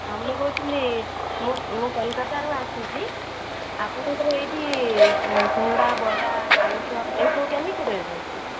ହଁ ମୁଁ କହୁଥିଲି ମୁଁ ମୁଁ କଲିକାତାରୁ ଆସିଛି ଆପଣଙ୍କର ଏଇଠି ସିଙ୍ଗଡ଼ା ବରା ଆଳୁଚପ ଏଇସବୁ କେମିତି ରେଟ୍ ଅଛି